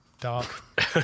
Dark